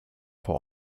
vor